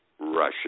Russia